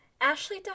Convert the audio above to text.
Ashley